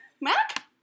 Mac